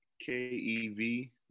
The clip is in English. K-E-V